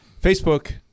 Facebook